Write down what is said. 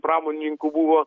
pramonininkų buvo